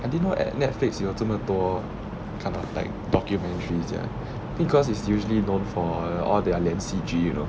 I didn't know at Netflix 有这么多 kind of like documentaries eh because it's usually known for all their 连续剧 you know